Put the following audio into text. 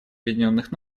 объединенных